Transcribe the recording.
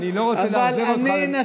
אני לא רוצה לאכזב אותך, אני אנסה.